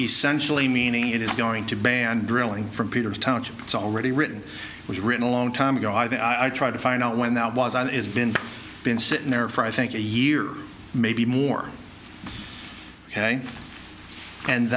essentially meaning it is going to ban drilling from peter's township it's already written it was written a long time ago i try to find out when that was on it's been been sitting there for i think a year maybe more ok and